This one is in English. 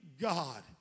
God